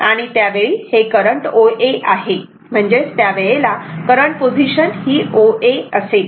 आणि त्यावेळी हे करंट OA आहे म्हणजेच त्यावेळेला करंट पोझिशन ही OA असेल